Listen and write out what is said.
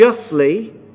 justly